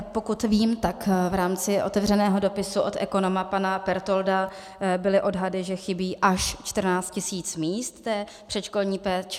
Pokud vím, tak v rámci otevřeného dopisu od ekonoma pana Pertolda byly odhady, že chybí až 14 tisíc míst té předškolní péče.